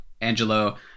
Angelo